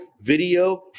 video